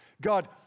God